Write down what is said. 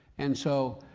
and so,